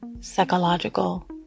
psychological